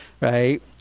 right